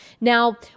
Now